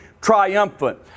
triumphant